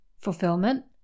fulfillment